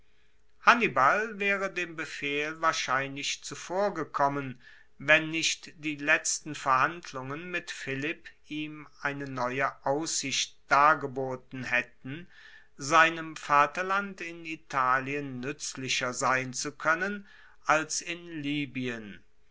hannibal waere dem befehl wahrscheinlich zuvorgekommen wenn nicht die letzten verhandlungen mit philipp ihm eine neue aussicht dargeboten haetten seinem vaterland in italien nuetzlicher sein zu koennen als in libyen